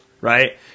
right